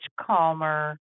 calmer